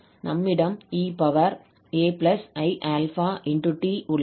நம்மிடம் eaiαt உள்ளது